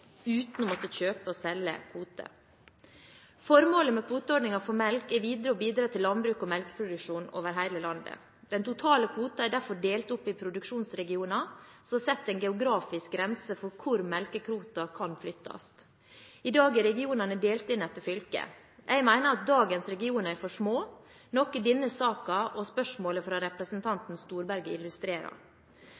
uten å måtte kjøpe og selge kvote. Formålet med kvoteordningen for melk er videre å bidra til landbruk og melkeproduksjon over hele landet. Den totale kvoten er derfor delt opp i produksjonsregioner som setter en geografisk grense for hvor melkekvoter kan flyttes. I dag er regionene delt inn etter fylker. Jeg mener at dagens regioner er for små, noe denne saken og spørsmålet fra